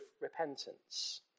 repentance